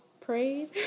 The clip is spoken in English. prayed